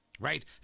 Right